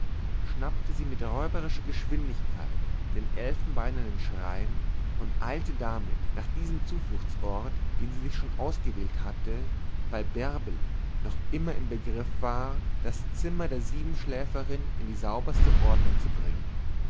schnappte sie mit räuberischer geschwindigkeit den elfenbeinernen schrein und eilte damit nach diesem zufluchtsort den sie sich schon ausgewählt hatte weil bärbele noch immer im begriff war das zimmer der siebenschläferin in die sauberste ordnung zu bringen